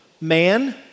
man